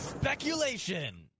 Speculation